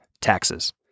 taxes